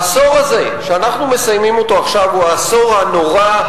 העשור הזה שאנחנו מסיימים אותו עכשיו הוא העשור הנורא,